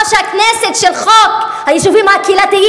ייצג טרור,